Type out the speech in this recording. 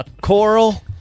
Coral